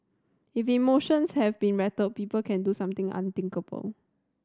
if emotions have been rattled people can do something unthinkable